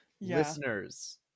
listeners